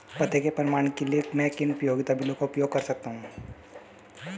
पते के प्रमाण के लिए मैं किन उपयोगिता बिलों का उपयोग कर सकता हूँ?